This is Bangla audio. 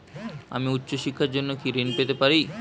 আমি উচ্চশিক্ষার জন্য কি ঋণ পেতে পারি?